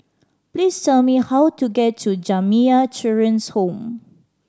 please tell me how to get to Jamiyah Children's Home